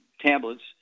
tablets